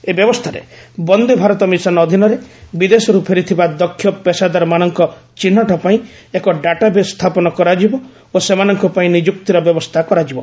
ଏହି ବ୍ୟବସ୍ଥାରେ ବନ୍ଦେ ଭାରତ ମିଶନ ଅଧୀନରେ ବିଦେଶରୁ ଫେରିଥିବା ଦକ୍ଷ ପେସାଦାରମାନଙ୍କ ଚିହ୍ନଟ ପାଇଁ ଏକ ଡାଟାବେଶ୍ ସ୍ଥାପନ କରାଯିବ ଓ ସେମାନଙ୍କ ପାଇଁ ନିଯୁକ୍ତିର ବ୍ୟବସ୍ଥା କରାଯିବ